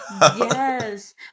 Yes